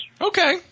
Okay